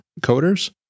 coders